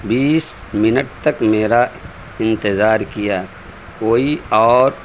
بیس minute تک میرا انتظار کیا کوئی اور